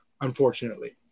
unfortunately